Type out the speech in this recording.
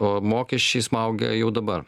o mokesčiai smaugia jau dabar